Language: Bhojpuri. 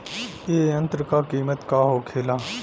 ए यंत्र का कीमत का होखेला?